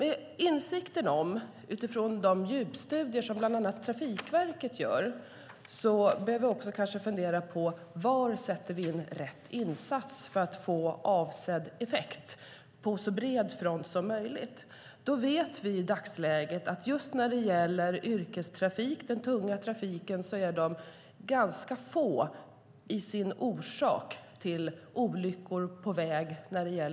Med insikterna från de djupstudier som bland annat Trafikverket gör behöver vi kanske också fundera på var vi sätter in rätt insats för att få avsedd effekt på så bred front som möjligt. I dagsläget vet vi att yrkestrafiken, den tunga trafiken, orsakar ganska få dödsolyckor på väg.